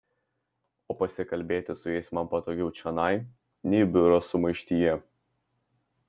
o pasikalbėti su jais man patogiau čionai nei biuro sumaištyje